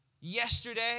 yesterday